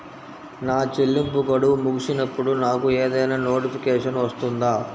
నా చెల్లింపు గడువు ముగిసినప్పుడు నాకు ఏదైనా నోటిఫికేషన్ వస్తుందా?